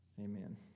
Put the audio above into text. Amen